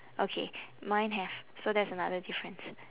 okay mine have so that's another difference